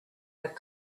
had